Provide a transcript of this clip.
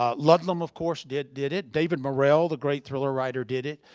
ah ludlum of course, did did it. david morrell, the great thriller writer, did it.